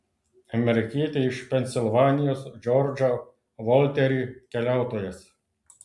amerikietį iš pensilvanijos džordžą volterį keliautojas